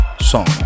song